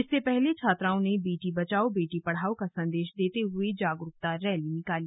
इससे पहले छात्राओं ने बेटी बचाओ बेटी पढ़ाओ का संदेश देते हुए जागरूकता रैली निकाली